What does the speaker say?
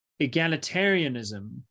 egalitarianism